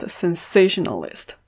sensationalist